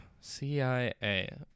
CIA